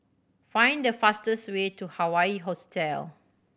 find the fastest way to Hawaii Hostel